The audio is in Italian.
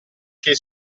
che